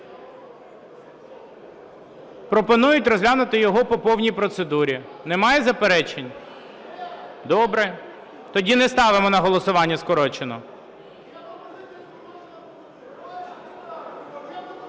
Пропонують розглянути його по повній процедурі. Немає заперечень? Добре. Тоді не ставимо на голосування скорочену.